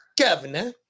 governor